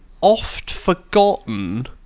oft-forgotten